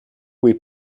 cui